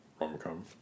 rom-com